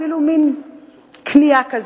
אפילו מין כניעה כזאת,